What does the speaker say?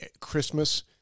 Christmas